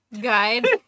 guide